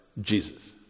jesus